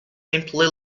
simply